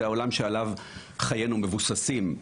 זה העולם שעליו חיינו מבוססים.